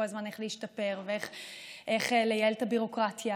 הזמן איך להשתפר ואיך לייעל את הביורוקרטיה,